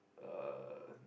uh